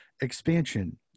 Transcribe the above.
expansion